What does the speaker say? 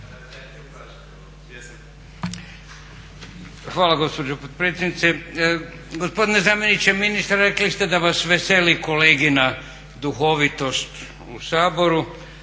Gospodine zamjeniče ministra rekli ste da vas veseli kolegina duhovitost u Saboru,